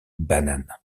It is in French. banane